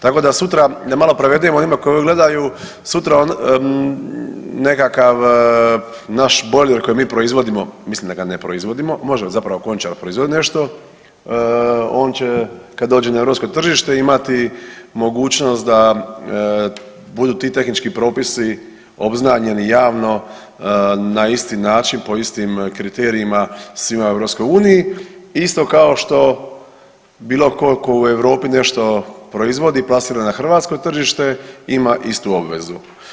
Tako da sutra da malo prevedemo onima koji ovo gledaju, sutra nekakav naš bojler koji mi proizvodimo, mislim da ga ne proizvodimo, može zapravo Končar proizvoditi nešto on će kad dođe na europsko tržite imati mogućnost da budu ti tehnički propisi obznanjeni javno na isti način, po istim kriterijima svima u EU isto kao što bilo tko tko u Europi nešto proizvodi i plasira na hrvatsko tržište ima istu obvezu.